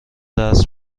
درس